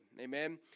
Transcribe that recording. amen